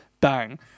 Bang